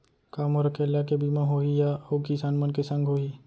का मोर अकेल्ला के बीमा होही या अऊ किसान मन के संग होही?